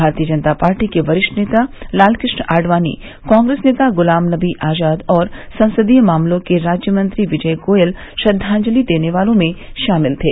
भारतीय जनता पार्टी के वरिष्ठ नेता लालकृष्ण आडवाणी कांग्रेस नेता गुलाम नबी आजाद और संसदीय मामलों के राज्यमंत्री विजय गोयल श्रद्वांजलि देने वालों में शामिल थे